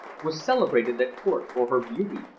was celebrated at court for her beauty,